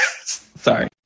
Sorry